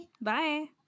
bye